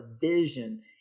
vision